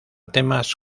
temas